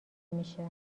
میشه